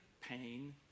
pain